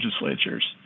legislatures